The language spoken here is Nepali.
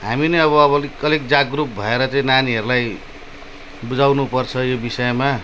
हामी नै अब अब अलिक जागरुक भएर चाहिँ अब नानीहरूलाई बुझाउनु पर्छ यो विषयमा